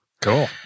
Cool